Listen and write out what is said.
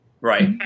Right